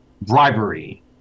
bribery